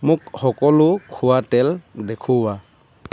মোক সকলো খোৱা তেল দেখুওৱা